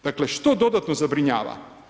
Dakle, što dodatno zabrinjava?